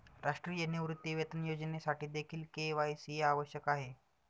राष्ट्रीय निवृत्तीवेतन योजनेसाठीदेखील के.वाय.सी आवश्यक आहे